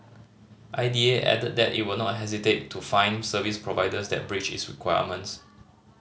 I D A added that it will not hesitate to fine service providers that breach its requirements